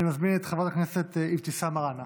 אני מזמין את חברת הכנסת אבתיסאם מראענה